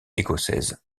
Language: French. écossaise